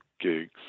gigs